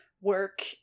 work